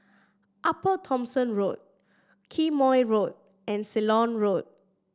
Upper Thomson Road Quemoy Road and Ceylon Road